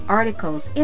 articles